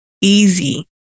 easy